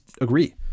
agree